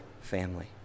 family